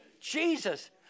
Jesus